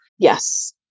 Yes